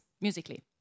musically